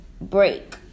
break